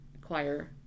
choir